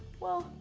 well,